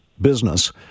business